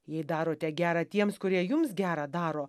jei darote gera tiems kurie jums gera daro